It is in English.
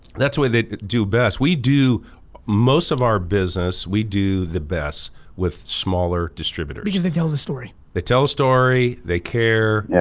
that's where they do best. we do most of our business, we do the best with smaller distributors. because they tell the story. they tell the story, they care,